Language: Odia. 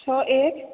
ଛଅ ଏକ